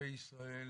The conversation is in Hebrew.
מתושבי ישראל